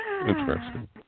Interesting